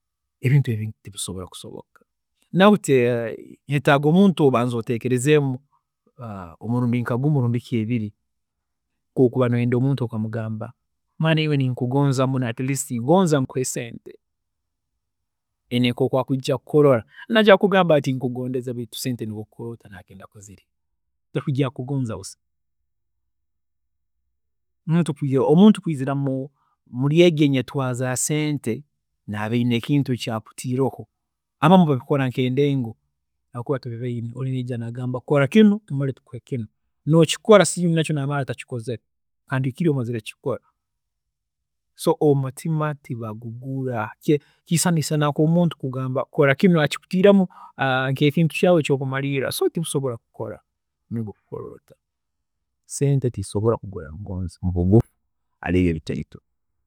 ﻿Ebintu ebi tibisobola kusoboka, nahati ni nyetaaga omuntu obanze oteekerezeemu omurundi nka gumu rundi ki ebiri, kakuba oba noyenda omuntu okamugamba mwaana iwe ninkugonza muno at least ngoonza nkuhe sente, haine nkoku akwiija kukurola, najya kukugamba nkugondeze baitu sente nobu okukora ota naija kuzirya, tihaine eki arikukugonza busa, omuntu kwiizira muri egi enyetwaza ya sente naba aine eki akutiireho, abamu babikora nk'endengo habwokuba tubibaine, ori naija nakugamba kora kinu mare tukuhe kinu nokikora baitu nosinga nowaatakikozere, kandi nikihwa takukikora, so omutima tibagugura, kiisana nikiisana isana nkomuntu kukugamba kora kinu akikutiiremu nkekintu kyaawe kyokumaliirra, so tibisobola kukora nobu okukora ota, so sente tiisobola kugura ngonzi mubugufu ngu ariire bitoito